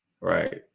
Right